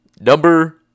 Number